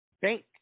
bank